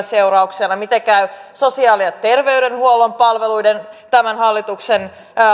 seurauksena miten käy sosiaali ja terveydenhuollon palveluiden tämän hallituksen